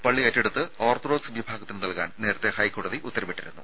പള്ളി ഏറ്റെടുത്ത് ഓർത്തഡോക്സ് വിഭാഗത്തിന് നൽകാൻ നേരത്തെ ഹൈക്കോടതി ഉത്തരവിട്ടിരുന്നു